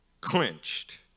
clinched